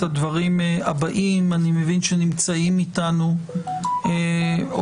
הדברים הבאים: אני מבין שנמצאים אתנו הורים